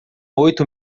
oito